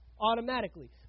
automatically